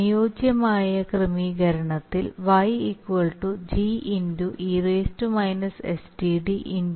അനുയോജ്യമായ ക്രമീകരണത്തിൽ y G e sTd U